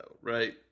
right